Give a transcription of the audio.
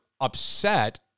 upset